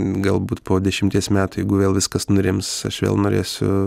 galbūt po dešimties metų jeigu vėl viskas nurims aš vėl norėsiu